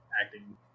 acting